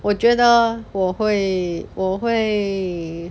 我觉得我会我会